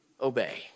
obey